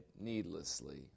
needlessly